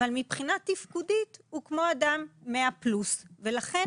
אבל מבחינה תפקודית הוא כמו אדם 100+. לכן,